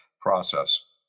process